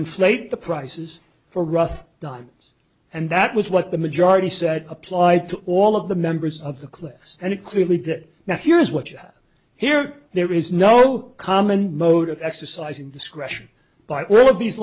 inflate the prices for rough diamonds and that was what the majority said applied to all of the members of the class and it clearly did now here's what you hear there is no common mode of exercising discretion by all of these